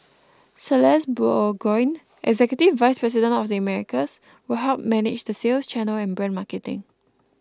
Celeste Burgoyne executive vice president of the Americas will help manage the sales channel and brand marketing